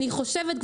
אני חושבת,